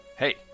Hey